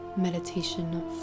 Meditation